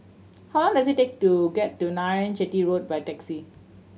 how long does it take to get to Narayanan Chetty Road by taxi